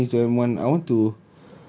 as in change to M one I want to